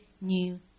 new